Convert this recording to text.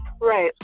right